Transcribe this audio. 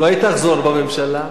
אולי היא תחזור בה, הממשלה?